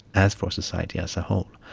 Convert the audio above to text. as for society as a whole,